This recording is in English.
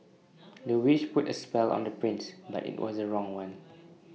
the witch put A spell on the prince but IT was the wrong one